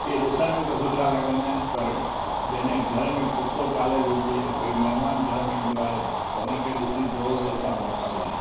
इहे ॾिसण में त सुठा लॻंदा आहिनि पर जॾहिं घर में कुतो पालियलु हुजे या कोई महिमान घर में ईंदो आहे त उन खे ॾिसी ज़ोरु ज़ोरु सां भौंकंदा आहिनि